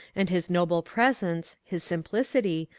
and his noble presence, his simplicity,